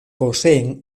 poseen